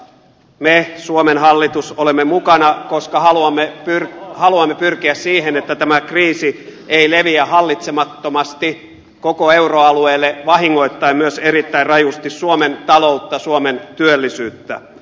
me suomen hallitus olemme mukana koska haluamme pyrkiä siihen että tämä kriisi ei leviä hallitsemattomasti koko euroalueelle vahingoittaen myös erittäin rajusti suomen taloutta suomen työllisyyttä